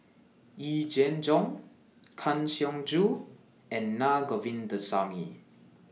Yee Jenn Jong Kang Siong Joo and Na Govindasamy